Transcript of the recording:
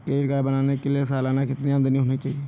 Credit card बनाने के लिए सालाना कितनी आमदनी होनी चाहिए?